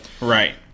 Right